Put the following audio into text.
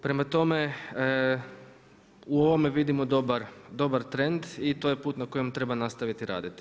Prema tome, u ovome vidimo dobar trend i to je put na kojem treba nastaviti raditi.